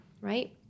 right